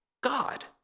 God